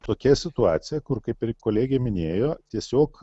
tokia situacija kur kaip ir kolegė minėjo tiesiog